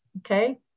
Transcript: Okay